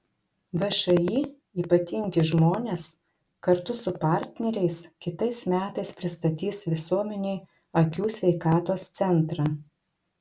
všį ypatingi žmonės kartu su partneriais kitais metais pristatys visuomenei akių sveikatos centrą